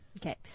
Okay